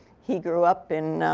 he grew up in